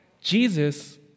Jesus